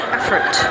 effort